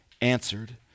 answered